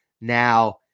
Now